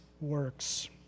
works